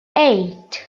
eight